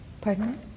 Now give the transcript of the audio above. pardon